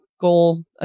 goal